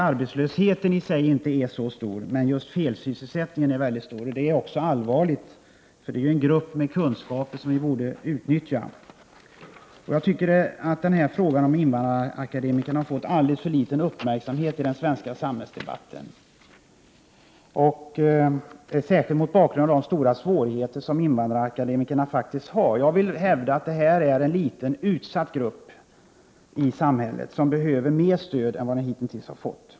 Arbetslösheten är kanske inte så stor, men just felsysselsättningen är mycket stor. Detta är allvarligt, eftersom det rör sig om en grupp människor med kunskaper som vi borde utnyttja. Jag tycker att frågan om invandrarakademikerna har fått alldeles för liten uppmärksamhet i den svenska samhällsdebatten, särskilt med tanke på de stora svårigheter som invandrarakademikerna faktiskt har. Jag vill hävda att det här är fråga om enliten, utsatt grupp i samhället, vilken behöver mer stöd än den hittills har fått.